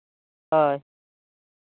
ᱦᱳᱭ